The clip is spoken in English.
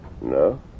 No